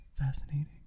Fascinating